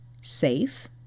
safe